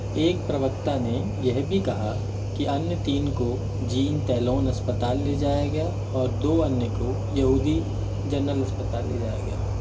एक प्रवक्ता ने यह भी कहा कि अन्य तीन को जीन टैलोन अस्पताल ले जाया गया और दो अन्य को यहूदी जनरल अस्पताल ले जाया गया